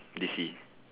decease